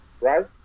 right